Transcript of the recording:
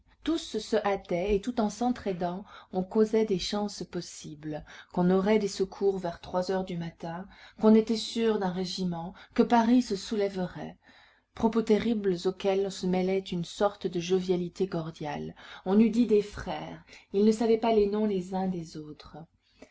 tous se hâtaient et tout en s'entr'aidant on causait des chances possibles qu'on aurait des secours vers trois heures du matin qu'on était sûr d'un régiment que paris se soulèverait propos terribles auxquels se mêlait une sorte de jovialité cordiale on eût dit des frères ils ne savaient pas les noms les uns des autres